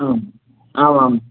आम् आमाम्